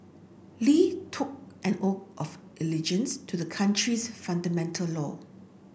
Li took an O of allegiance to the country's fundamental law